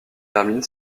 termine